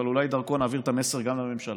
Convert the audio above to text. אבל אולי דרכו נעביר את המסר גם לממשלה,